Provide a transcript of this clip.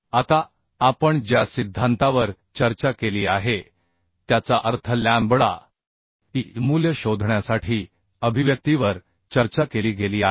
आता आपण ज्या सिद्धांतावर चर्चा केली आहे त्याचा अर्थ लॅम्बडा ई मूल्य शोधण्यासाठी अभिव्यक्तीवर चर्चा केली गेली आहे